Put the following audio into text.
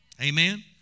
Amen